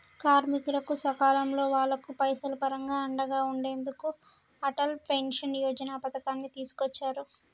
కార్మికులకు సకాలంలో వాళ్లకు పైసలు పరంగా అండగా ఉండెందుకు అటల్ పెన్షన్ యోజన పథకాన్ని తీసుకొచ్చారు